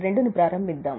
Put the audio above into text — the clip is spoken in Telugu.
2 ను ప్రారంభిద్దాం